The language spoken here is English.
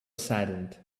saddened